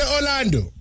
Orlando